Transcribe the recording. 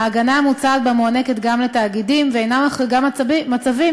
ההגנה המוצעת מוענקת גם לתאגידים ואינה מחריגה מצבים